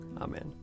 Amen